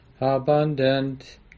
abundant